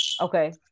Okay